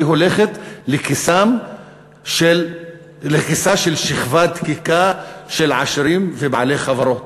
היא הולכת לכיסה של שכבה דקיקה של עשירים ובעלי חברות.